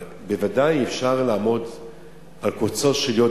אבל בוודאי אפשר לעמוד על קוצו של יו"ד,